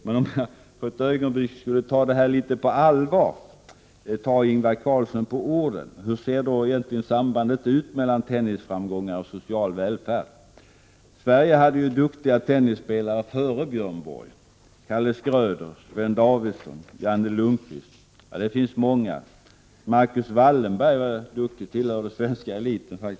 Men om jag för ett ögonblick skulle försöka ta Ingvar Carlsson på orden, vill jag fråga hur sambandet mellan tennisframgångar och social välfärd då ser ut. Sverige hade duktiga tennisspelare före Björn Borg. Det var Kalle Schröder, Sven Davidson, Janne Lundqvist och många fler. Marcus Wallenberg var duktig och tillhörde svenska eliten.